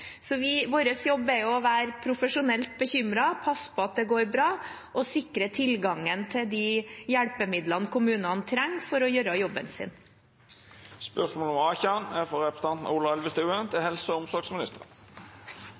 Så vår jobb er å være profesjonelt bekymret, passe på at det går bra, og sikre tilgangen til de hjelpemidlene kommunene trenger for å gjøre jobben sin.